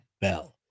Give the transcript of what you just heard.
bell